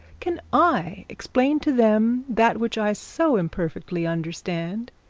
can i explain to them that which i so imperfectly understand,